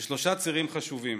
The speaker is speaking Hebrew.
בשלושה צירים חשובים: